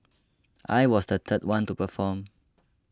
I was the third one to perform